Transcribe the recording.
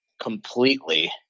completely